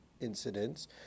incidents